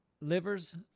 livers